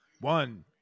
One